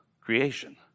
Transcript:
creation